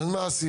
אז מה עשינו?